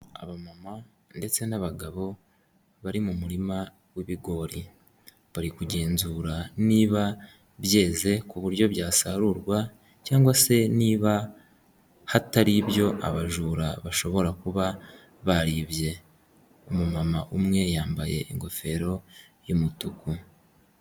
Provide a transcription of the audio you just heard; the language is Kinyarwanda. Abamama ndetse n'abagabo bari mu murima wibigori bari kugenzura niba byeze ku buryo byasarurwa cyangwa se niba hatari ibyo abajura bashobora kuba baribye, umumama umwe yambaye ingofero y'umutuku.